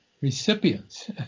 recipients